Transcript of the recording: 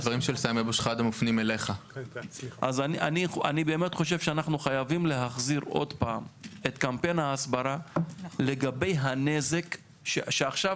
אני באמת חושב שאנו חייבים להחזיר את קמפיין ההסברה לגבי הנזק שעכשיו